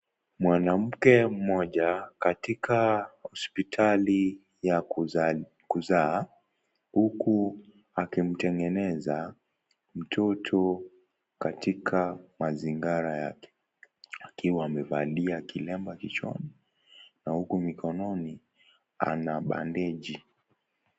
Mwanamke mmoja katika hospitali ya kuzaa, huku akimtengeneza mtoto katika mazingira yake, akiwa amevalia kilemba kichwani, na huku mikononi ana bandeji.